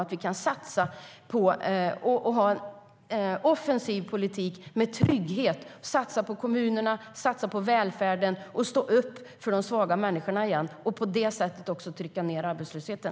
Då kan vi satsa på en offensiv politik med trygghet, vi kan satsa på kommunerna, satsa på välfärden och stå upp för de svaga människorna igen. På det sättet kan man också pressa ned arbetslösheten.